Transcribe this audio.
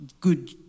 good